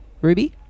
Ruby